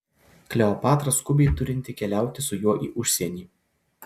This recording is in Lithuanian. kleopatra skubiai turinti keliauti su juo į užsienį